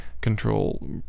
control